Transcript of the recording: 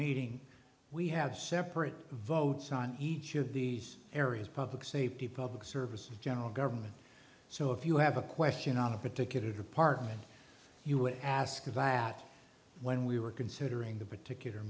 meeting we have separate votes on each of these areas public safety public service and general government so if you have a question on a particular department you would ask of laugh when we were considering the particular